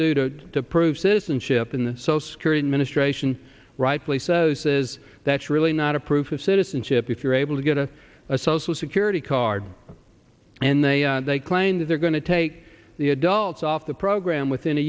to do to prove citizenship in this so secure in ministration rightfully so says that's really not a proof of citizenship if you're able to go to a social security card and they they claim that they're going to take the adults off the program within a